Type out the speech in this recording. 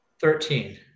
Thirteen